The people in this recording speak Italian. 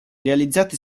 realizzate